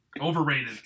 overrated